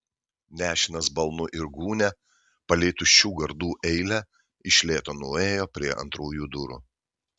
nešinas balnu ir gūnia palei tuščių gardų eilę iš lėto nuėjo prie antrųjų durų